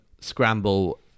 scramble